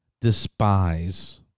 despise